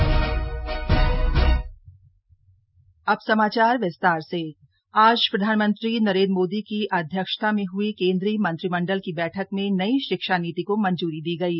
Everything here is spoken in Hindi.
शिक्षा नीति आज प्रधानमंत्री नरेंद्र मोदी की अध्यक्षता में ह्ई केंद्रीय मंत्रिमंडल की बैठक में नई शिक्षा नीति को मंजूरी दी गयी